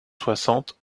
soixante